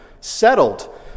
settled